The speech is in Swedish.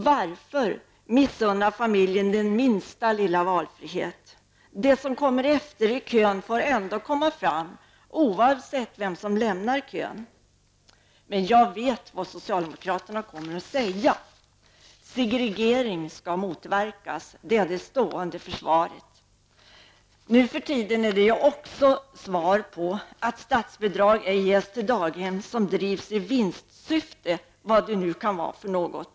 Varför missunna familjen den minsta lilla valfrihet? De som kommer efter i kön får ändå komma fram, oavsett vem som lämnar kön. Jag vet vad socialdemokraterna kommer att säga, nämligen att segregering skall motverkas. Det är det stående försvaret. Nu för tiden är det också svaret på varför statsbidrag ej ges till daghem som drivs i vinstsyfte -- vad nu det kan vara för något.